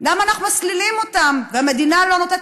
למה אנחנו מסלילים אותם והמדינה לא נותנת